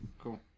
cool